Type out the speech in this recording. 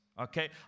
Okay